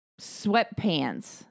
sweatpants